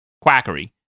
quackery